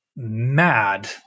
Mad